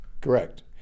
Correct